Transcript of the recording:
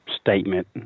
statement